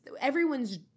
everyone's